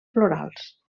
florals